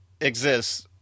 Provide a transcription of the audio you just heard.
exists